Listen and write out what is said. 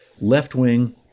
left-wing